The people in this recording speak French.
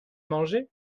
mangé